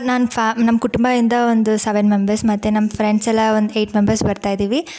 ನನ್ನ ಫ್ಯಾ ನಮ್ಮ ಕುಟುಂಬದಿಂದ ಒಂದು ಸೆವೆನ್ ಮೆಂಬರ್ಸ್ ಮತ್ತು ನಮ್ಮ ಫ್ರೆಂಡ್ಸೆಲ್ಲ ಒಂದು ಏಟ್ ಮೆಂಬರ್ಸ್ ಬರ್ತಾಯಿದ್ದೀವಿ